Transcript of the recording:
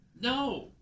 No